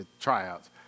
tryouts